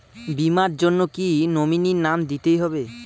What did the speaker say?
বীমার জন্য কি নমিনীর নাম দিতেই হবে?